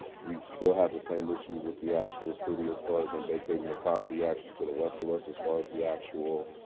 we've still had the same issues with the actual city as far as um vacating the property actually to the west of us as far as the actual